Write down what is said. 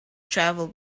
travel